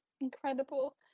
incredible